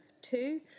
two